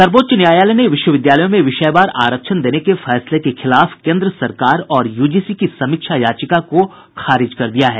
सर्वोच्च न्यायालय ने विश्वविद्यालयों में विषयवार आरक्षण देने के फैसले के खिलाफ केन्द्र सरकार और यूजीसी की समीक्षा याचिका को खारिज कर दिया है